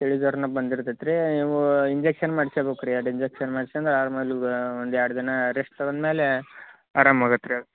ಚಳಿ ಜ್ವರನೇ ಬಂದಿರ್ತೈತೆ ರೀ ನೀವು ಇಂಜೆಕ್ಷನ್ ಮಾಡಿಸ್ಕೊಬೇಕ್ರಿ ಎರಡು ಇಂಜೆಕ್ಷನ್ ಮಾಡಿಸ್ಕಂಡ್ ಆರಾಮಲ್ಲಿ ಒಂದೆರಡು ದಿನ ರೆಷ್ಟ್ ತಗೊಂಡ್ಮೇಲೆ ಆರಾಮಾಗತ್ತೆ ರೀ ಆಗ